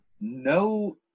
No